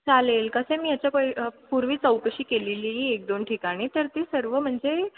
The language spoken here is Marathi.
चालेल कसं आहे मी याच्यापै पूर्वी चौकशी केलेली एक दोन ठिकाणी तर ती सर्व म्हणजे